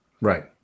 Right